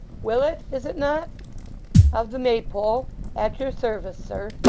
willet is it not of the maypole at your service, sir